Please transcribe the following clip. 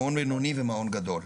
מעון בינוני ומעון גדול.